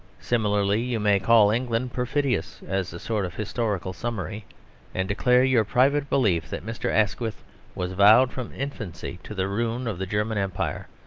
similarly, you may call england perfidious as a sort of historical summary and declare your private belief that mr. asquith was vowed from infancy to the ruin of the german empire,